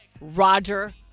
Roger